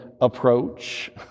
approach